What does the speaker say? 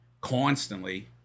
constantly